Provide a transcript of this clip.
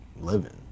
living